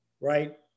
right